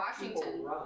Washington